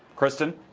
kristen.